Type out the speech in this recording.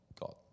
God